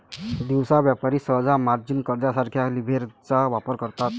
दिवसा व्यापारी सहसा मार्जिन कर्जासारख्या लीव्हरेजचा वापर करतात